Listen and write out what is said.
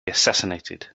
assassinated